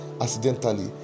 accidentally